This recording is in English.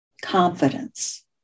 confidence